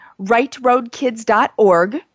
rightroadkids.org